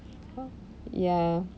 ya